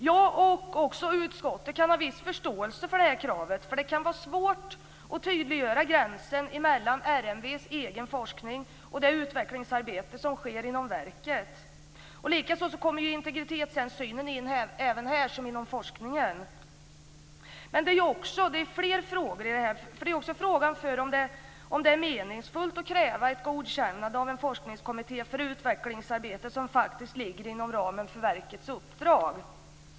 Jag och också utskottet kan ha viss förståelse för kravet, för det kan vara svårt att tydliggöra gränsen mellan RMV:s egen forskning och det utvecklingsarbete som sker inom verket. Likaså kommer ju integritetshänsynen in här liksom i forskningen. Men det handlar ju om fler frågor, för det är också frågan om ifall det är meningsfullt att kräva ett godkännande av en forskningskommitté för utvecklingsarbete, som faktiskt ligger inom ramen för verkets uppdrag.